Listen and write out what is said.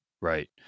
Right